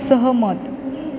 सहमत